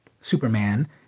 Superman